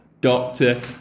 doctor